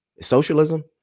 socialism